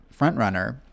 frontrunner